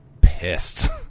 pissed